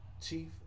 Chief